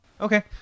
Okay